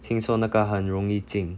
听说那个很容易进